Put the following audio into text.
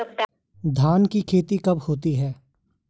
धान की खेती कब होती है?